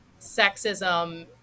sexism